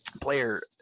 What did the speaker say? player